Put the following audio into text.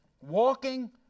walking